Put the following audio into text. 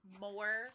more